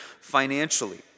financially